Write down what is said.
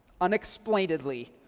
unexplainedly